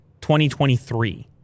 2023